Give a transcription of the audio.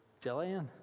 jillian